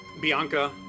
Bianca